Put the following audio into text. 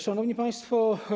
Szanowni Państwo!